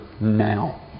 now